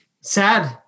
Sad